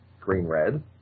green-red